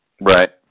Right